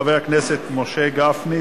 חבר הכנסת משה גפני,